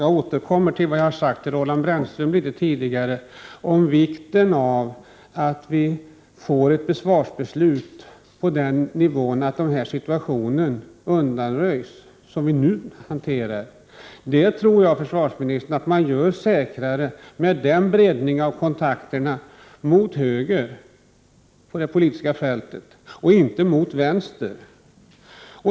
Jag återkommer till vad jag har sagt till Roland Brännström tidigare om vikten av att vi får ett försvarsbeslut på den nivån att den situation vi befinner oss i nu undanröjs. Det tror jag att man gör säkrare med en breddning av kontakterna mot höger på det politiska fältet, och inte mot vänster.